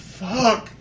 fuck